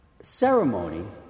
ceremony